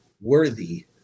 worthy